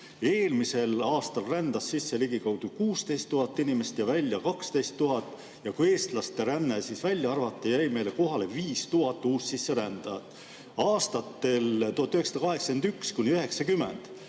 Eelmisel aastal rändas sisse ligikaudu 16 000 inimest ja välja 12 000. Ja kui eestlaste ränne välja arvata, jäi meile kohale 5000 uussisserändajat. Aastatel 1981–1990